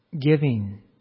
giving